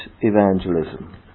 evangelism